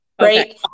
Right